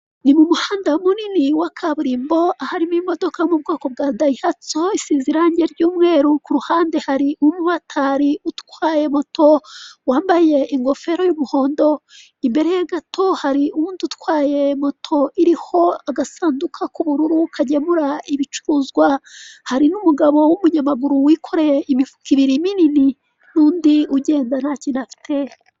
Ni mu muhanda minini wa kaburimbo, ahari imodoka yo mu bwoko bwa dayihatso, isize irange ry'umweru, ku ruhande hari umu motari utwaye moto, wambaye ingofero y'umuhondo, imbere ye gato hari undi utwaye moto iriho agasanduka k'ubururu kagemura ibicuruzwa, hari n'umugabo w'umunyamaguru wikoreye imifuka ibiri minini, n'unsi ugenda ntacyo afite.